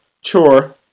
chore